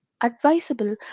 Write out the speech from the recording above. advisable